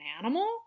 animal